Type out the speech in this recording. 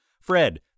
Fred